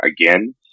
again